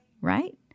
right